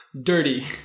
Dirty